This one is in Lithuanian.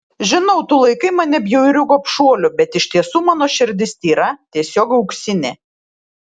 žinau tu laikai mane bjauriu gobšuoliu bet iš tiesų mano širdis tyra tiesiog auksinė